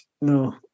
No